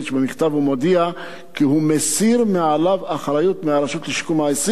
במכתב הוא מודיע כי הוא מסיר מעליו אחריות מהרשות לשיקום האסיר,